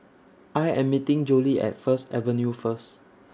I Am meeting Jolie At First Avenue First